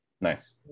Nice